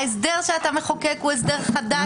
ההסדר שאתה מחוקק הוא הסדר חדש.